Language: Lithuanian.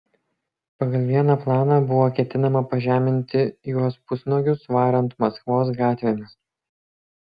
pagal vieną planą buvo ketinama pažeminti juos pusnuogius varant maskvos gatvėmis